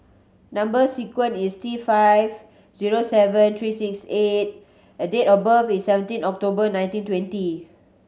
number sequence is T five zero seven three six eight A and date of birth is seventeen October nineteen twenty